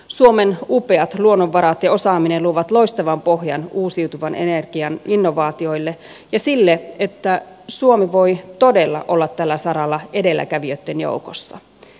suomen upeat luonnonvarat ja osaaminen luovat loistavan pohjan uusiutuvan energian innovaatioille ja sille että suomi voi todella olla tällä saralla edelläkävijöitten joukossa